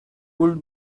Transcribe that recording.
could